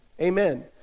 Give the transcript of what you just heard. Amen